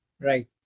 Right